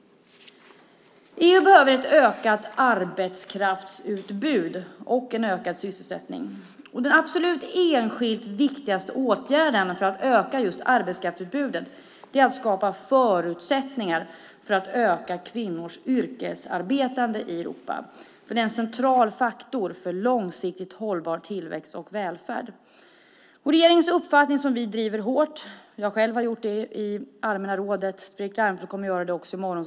EU behöver ett ökat arbetskraftsutbud och en ökad sysselsättning. Den enskilt absolut viktigaste åtgärden för att öka just arbetskraftsutbudet är att skapa förutsättningar för att öka kvinnors yrkesarbetande i Europa. Det är en central faktor för långsiktigt hållbar tillväxt och välfärd. Regeringens uppfattning, som vi driver hårt, är att Europa bör sträva mot att det ska vara samma sysselsättningsintensitet bland kvinnor som bland män.